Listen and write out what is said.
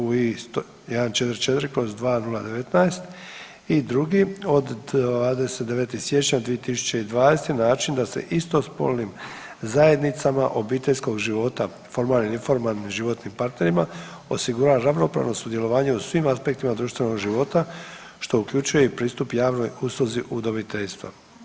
Ui-144/2019 i drugi od 29. siječnja 2020. na način da se istospolnim zajednicama obiteljskog života formalnim i neformalnim životnim partnerima osigura ravnopravno sudjelovanje u svim aspektima društvenog života što uključuje i pristup javnoj usluzi udomiteljstva.